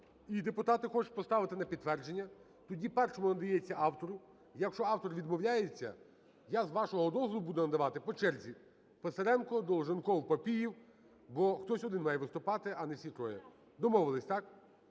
і депутати хочуть поставити на підтвердження, тоді першому надається автору. Якщо автор відмовляється, я, з вашого дозволу, буду надавати по черзі, Писаренко, Долженков, Папієв, бо хтось один має виступати, а не всі троє. Домовились. Так?